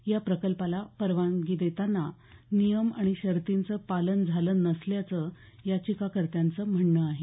या प्रकल्पाला परवानगी देताना नियम आणि शर्तींचं पालन झालं नसल्याचं याचिकाकर्त्यांचं म्हणणं आहे